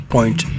Point